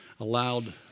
allowed